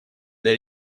для